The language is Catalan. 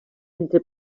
entre